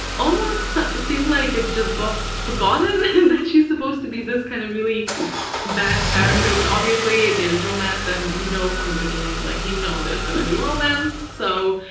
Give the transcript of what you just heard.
almost seemed like it just got forgotten and that she's supposed to be this kind of really bad character but obviously, there's romance. and you know from the beginning, like, you know there's gonna be romance so,